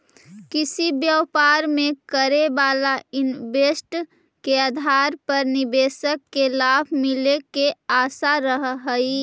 किसी व्यापार में करे वाला इन्वेस्ट के आधार पर निवेशक के लाभ मिले के आशा रहऽ हई